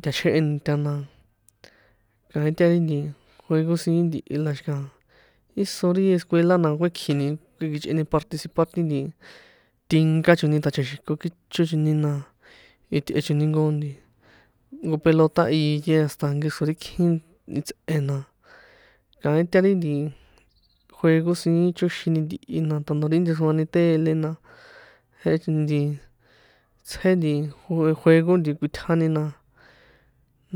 Tjoachjehe nta na kaín ta ri nti juego siín ntihi, la xikaha íso ri escuela na kuekjini kuekjichꞌeni participar ti nti tinka choni tachaxi̱ko kícho choni, na itꞌe choni jnko nti jnko pelota iye hasta nkexro ri kjin itsꞌe, na kaín ta ri nti juego siín chóxini ntihi, na tanto ri nchexroani tele na, jehe choni nti tsjé nti juego kꞌuiṭjani na,